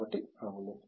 కాబట్టి అవును